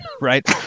right